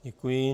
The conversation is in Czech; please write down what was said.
Děkuji.